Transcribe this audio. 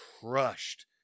crushed